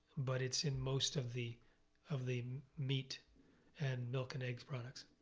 but it's in most of the of the meat and milk and eggs products.